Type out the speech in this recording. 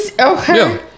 okay